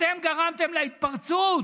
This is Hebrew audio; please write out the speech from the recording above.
אתם גרמתם להתפרצות